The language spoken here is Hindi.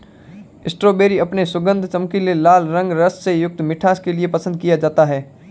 स्ट्रॉबेरी अपने सुगंध, चमकीले लाल रंग, रस से युक्त मिठास के लिए पसंद किया जाता है